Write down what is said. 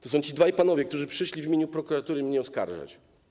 To są ci dwaj panowie, którzy przyszli w imieniu prokuratury mnie oskarżać.